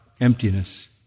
emptiness